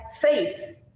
faith